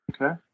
Okay